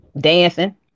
Dancing